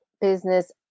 business